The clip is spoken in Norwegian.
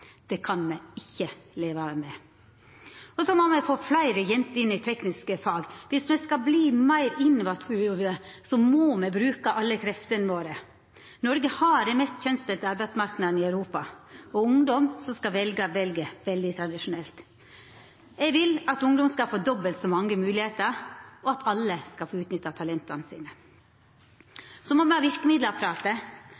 Det kan me ikkje leva med. Me må også få fleire jenter inn i tekniske fag. Dersom me skal verta meir innovative, må me bruka alle kreftene våre. Noreg har den mest kjønnsdelte arbeidsmarknaden i Europa, og ungdom som skal velja, vel veldig tradisjonelt. Eg vil at ungdom skal få dobbelt så mange moglegheiter, og at alle skal få utnytta talenta sine.